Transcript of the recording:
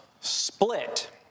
split